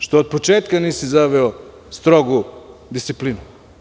Što od početka nisi zaveo strogu disciplinu?